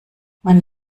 man